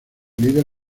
líder